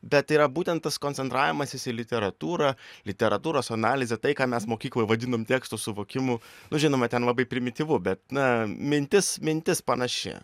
bet tai yra būten tas koncentravimasis į literatūrą literatūros analizė tai ką mes mokykloj vadinom teksto suvokimu nu žinoma ten labai primityvu bet na mintis mintis panaši